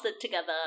together